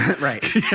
Right